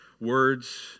words